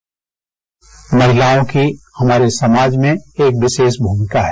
bite महिलाओं की हमारे समाज में एक विशेष भूमिका है